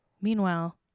Meanwhile